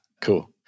cool